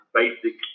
basic